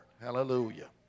Hallelujah